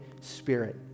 Spirit